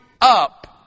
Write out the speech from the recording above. up